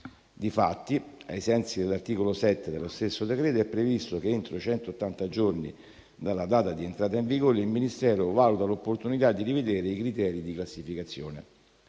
Difatti, ai sensi dell'articolo 7 dello stesso decreto ministeriale, è previsto che entro centottanta giorni dalla data di entrata in vigore, il Ministero valuti l'opportunità di rivedere dei criteri di classificazione.